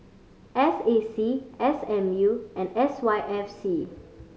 S A C S M U and S Y F C